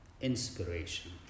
Inspiration